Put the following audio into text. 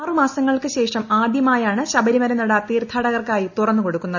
ആറു മാസങ്ങൾക്ക് ശേഷം ആദ്യമായാണ് ശബരിമല നട തീർത്ഥാടകർക്കായി തുറന്നുകൊടുക്കുന്നത്